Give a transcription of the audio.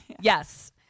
Yes